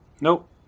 nope